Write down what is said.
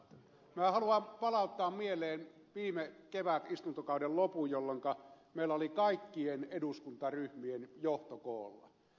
minä haluan palauttaa mieleen viime kevätistuntokauden lopun jolloinka meillä oli kaikkien eduskuntaryhmien johto koolla